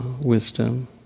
wisdom